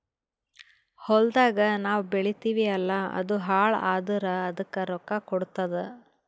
ಹೊಲ್ದಾಗ್ ನಾವ್ ಬೆಳಿತೀವಿ ಅಲ್ಲಾ ಅದು ಹಾಳ್ ಆದುರ್ ಅದಕ್ ರೊಕ್ಕಾ ಕೊಡ್ತುದ್